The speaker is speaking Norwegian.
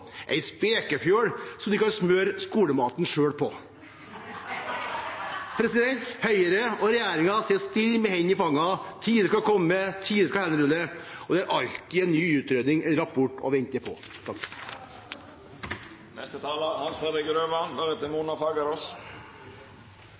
Ei spekefjøl som de kan smøre skolematen sjøl på. Høyre og regjeringen sitter stille med hendene i fanget – tider skal komme, tider skal henrulle. Og det er alltid en ny utredning eller rapport å vente på. Det er